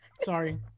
sorry